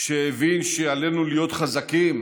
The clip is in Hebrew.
שהבין שעלינו להיות חזקים,